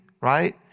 right